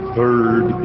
Third